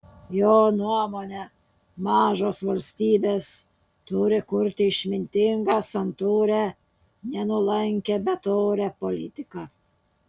jo nuomone mažos valstybės turi kurti išmintingą santūrią ne nuolankią bet orią politiką